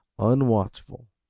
unwatchful.